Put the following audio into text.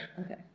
Okay